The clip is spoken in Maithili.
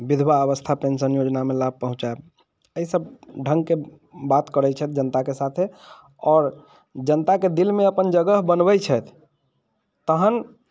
विधवा अवस्था पेंशन योजनामे लाभ पहुँचायब एहि सब ढङ्गके बात करैत छथि जनताके साथे आओर जनताके दिलमे अपन जगह बनबैत छथि तहन